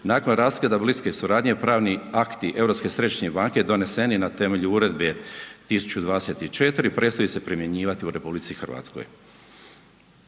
Nakon raskida bliske suradnje pravni akti Europske središnje banke doneseni na temelju Uredbe 1024 pristaju se primjenjivati u RH.